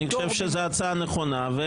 אני חושב שזו הצעה נכונה,